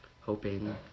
hoping